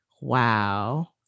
wow